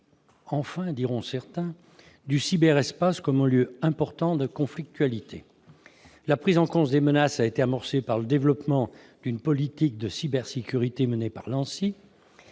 enfin !», diront certains -du cyberespace comme un lieu important de conflictualité. La prise en compte des menaces a été amorcée par le développement d'une politique de cybersécurité par l'ANSSI.